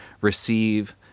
receive